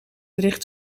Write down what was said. richt